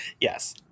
yes